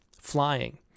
Flying